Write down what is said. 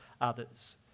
others